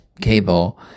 cable